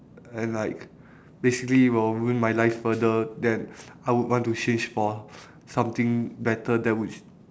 and like basically will ruin my life further then I would want to change for something better that would